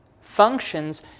functions